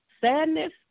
sadness